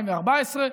משנת 2014,